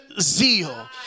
zeal